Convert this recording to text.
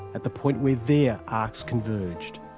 at the point where their arcs converged.